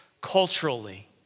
culturally